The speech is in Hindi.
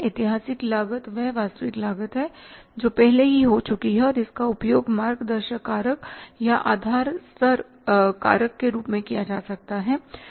ऐतिहासिक लागत वह वास्तविक लागत है जो पहले ही हो चुकी है और इसका उपयोग मार्ग दर्शक कारक या आधार स्तर कारक के रूप में किया जा सकता है